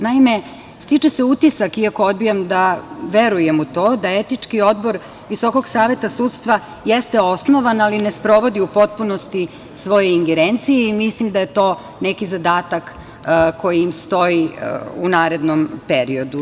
Naime, stiče se utisak, iako odbijam da verujem u to da Etički odbor Visokog saveta sudstva jeste osnovan, ali ne sprovodi u potpunosti svoje ingerencije i mislim da je to neki zadatak koji im stoji u narednom periodu.